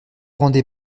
rendez